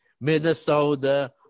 Minnesota